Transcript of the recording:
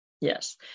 yes